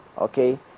Okay